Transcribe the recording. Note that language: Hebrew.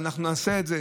ואנחנו נעשה את זה,